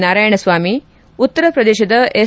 ನಾರಾಯಣಸ್ನಾಮಿ ಉತ್ತರಪ್ರದೇಶದ ಎಸ್